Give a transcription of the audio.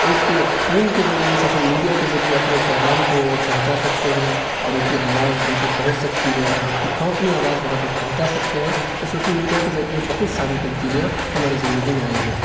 ایک فون کے ذریعے شوشل میڈیا کے ذریعے اپنے پیغام کو پہنچا سکتے ہیں اور اُن کی آواز ہم تک پہنچ سکتی ہے اور ہم ہم اپنی آواز وہاں تک پہنچا سکتے ہیں تو شوشل میڈیا کے ذریعے بہت ساری تبدیلیاں ہماری زندگی میں آئی ہیں